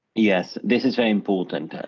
yes, this is very important.